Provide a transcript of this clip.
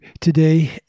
today